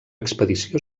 expedició